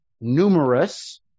numerous